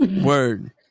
Word